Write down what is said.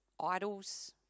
idols